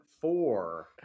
four